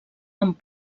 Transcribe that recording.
amb